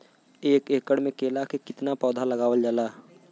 एक एकड़ में केला के कितना पौधा लगावल जाला?